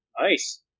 Nice